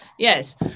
Yes